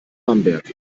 bamberg